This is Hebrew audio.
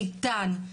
איתן,